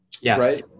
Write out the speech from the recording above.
yes